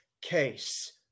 case